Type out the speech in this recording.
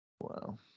Wow